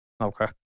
Okay